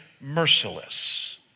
merciless